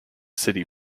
city